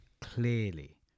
clearly